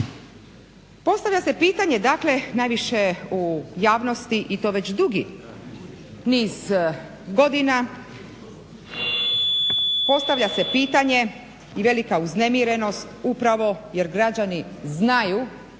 Postavlja se pitanje, dakle najviše u javnosti i to već dugi niz godina, postavlja se pitanja i velika uznemirenost upravo jer građani znaju